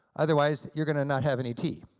otherwise you're gonna not have any tea.